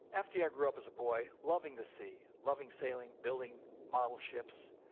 ah fdr grew up as a boy loving the sea, loving sailing, building model ships.